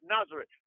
Nazareth